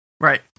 Right